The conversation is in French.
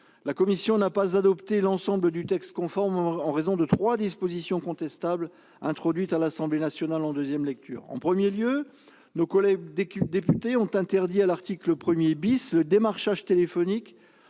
la commission n'a pas adopté l'ensemble du texte conforme, en raison de trois dispositions contestables introduites par l'Assemblée nationale en deuxième lecture. Tout d'abord, nos collègues députés ont interdit, à l'article 1, le démarchage téléphonique